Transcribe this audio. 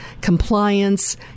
compliance